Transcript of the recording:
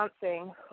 dancing